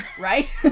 Right